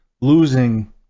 losing